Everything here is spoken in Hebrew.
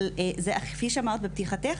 אבל כפי שאמרת בפתיחתך,